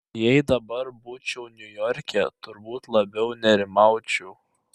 jei dabar būčiau niujorke turbūt labiau nerimaučiau